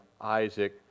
isaac